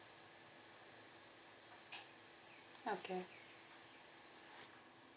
okay